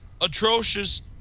atrocious